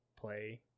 play